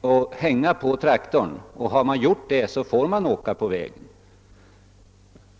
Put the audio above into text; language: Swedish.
och hänga på traktorn för att få åka på väg?